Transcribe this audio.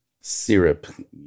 syrup